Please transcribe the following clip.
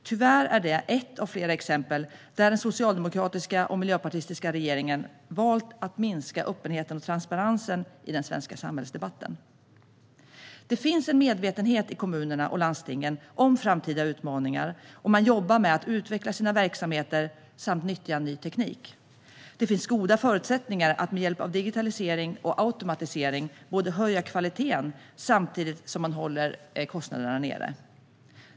Tyvärr är det ett av flera exempel där den socialdemokratiska och miljöpartistiska regeringen valt att minska öppenheten och transparensen i den svenska samhällsdebatten. Det finns en medvetenhet i kommunerna och landstingen om framtida utmaningar, och man jobbar med att utveckla sina verksamheter och att nyttja ny teknik. Det finns goda förutsättningar att med hjälp av digitalisering och automatisering både höja kvaliteten och hålla nere kostnaderna.